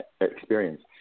experience